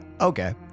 Okay